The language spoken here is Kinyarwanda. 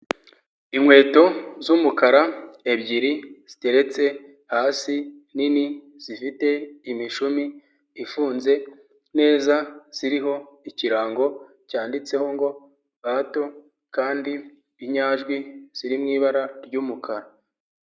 Inkweto z'umukara ebyiri ziteretse hasi nini zifite imishumi ifunze neza ziriho ikirango cyanditseho ngo Bato kandi inyajwi ziri mu ibara ry'umukara.